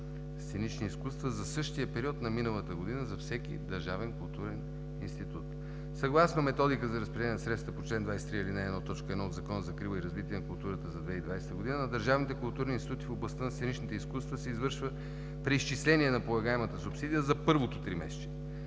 „Сценични изкуства“, за същия период на миналата година за всеки държавен културен институт.“ Съгласно Методиката за разпределение на средства по чл. 23, ал. 1, т. 1 от Закона за закрила и развитие на културата за 2020 г. в държавните културни институти в областта на сценичните изкуства се извършва преизчисление на полагаемата субсидия за първото тримесечие